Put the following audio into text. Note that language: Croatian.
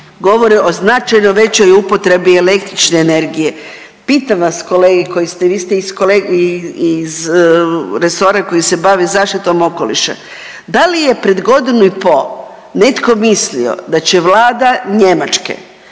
govore o značajno većoj upotrebi električne energije. Pitam vas kolege koji ste, vi ste iz resora koji se bavi zaštitom okoliša, da li je pred godinu i po netko mislio da će Vlada Njemačke,